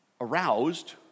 aroused